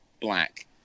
black